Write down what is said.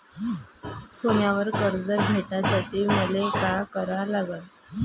सोन्यावर कर्ज भेटासाठी मले का करा लागन?